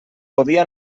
podia